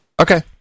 okay